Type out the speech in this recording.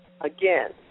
Again